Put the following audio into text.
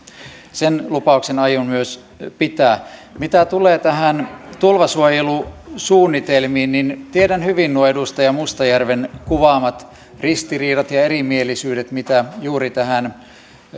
sen lupauksen aion myös pitää mitä tulee näihin tulvasuojelusuunnitelmiin niin tiedän hyvin nuo edustaja mustajärven kuvaamat ristiriidat ja erimielisyydet mitä juuri tähän